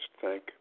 thank